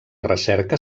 recerca